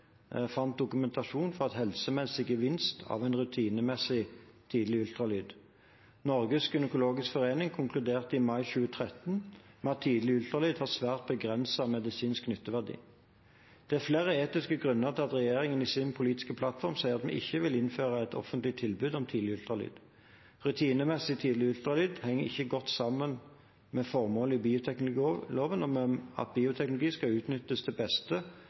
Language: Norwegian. fant dokumentasjon på helsemessig gevinst av rutinemessig tidlig ultralyd. Norsk gynekologisk forening konkluderte i mai 2013 med at tidlig ultralyd har svært begrenset medisinsk nytteverdi. Det er flere etiske grunner til at regjeringen i sin politiske plattform sier at vi ikke vil innføre et offentlig tilbud om tidlig ultralyd. Rutinemessig tidlig ultralyd henger ikke godt sammen med formålet i bioteknologiloven om at bioteknologi skal utnyttes til beste